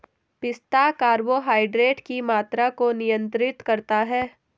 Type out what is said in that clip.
पिस्ता कार्बोहाइड्रेट की मात्रा को नियंत्रित करता है